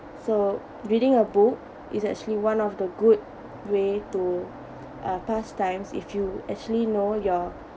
so reading a book is actually one of the good way to uh pass times if you actually know your